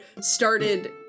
started